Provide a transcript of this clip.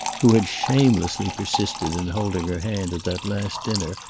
who had shamelessly persisted in holding her hand at that last dinner,